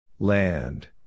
Land